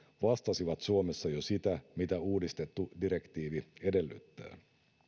vastasivat suomessa jo sitä mitä uudistettu direktiivi edellyttää